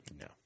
No